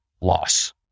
loss